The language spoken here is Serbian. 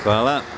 Hvala.